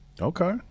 Okay